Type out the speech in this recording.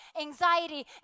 anxiety